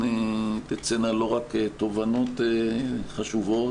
שמכאן תצאנה לא רק תובנות חשובות,